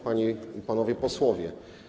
Panie i Panowie Posłowie!